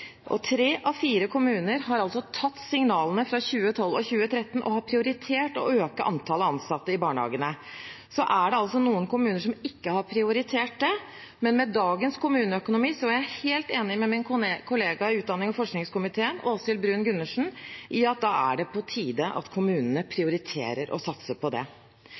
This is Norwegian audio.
Tre av fire kommuner har altså tatt signalene fra 2012 og 2013 og prioritert å øke antallet ansatte i barnehagene. Så er det altså noen kommuner som ikke har prioritert det, men med dagens kommuneøkonomi er jeg helt enig med min kollega Åshild Bruun-Gundersen i utdannings- og forskningskomiteen i at det da er på tide at kommunene prioriterer å satse på det.